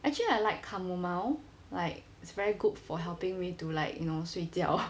actually I like camomile like it's very good for helping me to like you know 睡觉